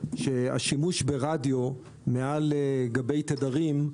שהשימוש ברדיו מעל גבי תדרים,